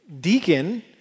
Deacon